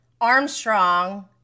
armstrong